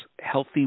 healthy